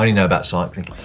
i mean know about cycling.